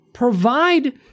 Provide